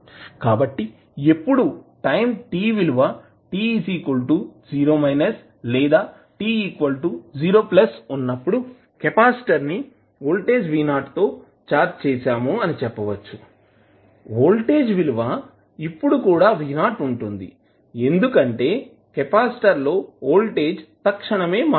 కాబట్టి ఎప్పుడు time t విలువ t 0 లేదా t 0 వున్నపుడు కెపాసిటర్ ను వోల్టేజ్ Vo తో ఛార్జ్ చేసాము అని చెప్పవచ్చు వోల్టేజ్ విలువ ఇప్పుడు కూడా Vo ఉంటుంది ఎందుకంటే కెపాసిటర్ లో వోల్టేజ్ తక్షణమే మారదు